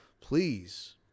Please